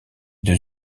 deux